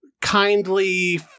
kindly